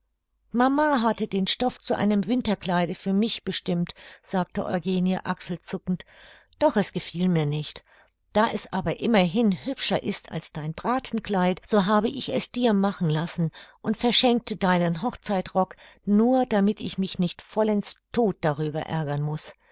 mama hatte den stoff zu einem winterkleide für mich bestimmt sagte eugenie achselzuckend doch es gefiel mir nicht da es aber immerhin hübscher ist als dein bratenkleid so habe ich es dir machen lassen und verschenkte deinen hochzeitrock nur damit ich mich nicht vollends todt darüber ärgern muß